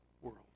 world